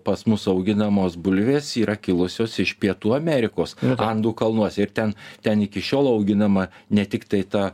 pas mus auginamos bulvės yra kilusios iš pietų amerikos andų kalnuose ir ten ten iki šiol auginama ne tiktai ta